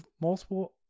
multiple